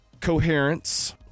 Coherence